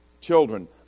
Children